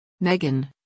Megan